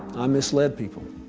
i misled people,